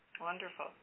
Wonderful